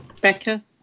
becca